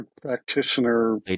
practitioner